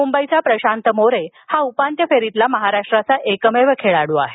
मुंबईचा प्रशांत मोरे हा उपांत्य फेरीतला महाराष्ट्राचा एकमेव खेळाडू आहे